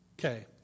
Okay